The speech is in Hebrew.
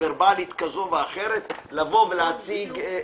ורבלית כזאת ואחרת לבוא ולהציג דברים,